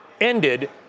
ended